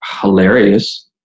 hilarious